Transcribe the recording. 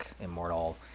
immortal